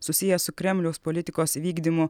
susijęs su kremliaus politikos vykdymu